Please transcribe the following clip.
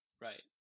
Right